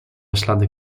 ślady